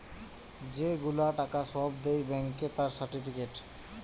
যে গুলা টাকা সব দেয় ব্যাংকে তার সার্টিফিকেট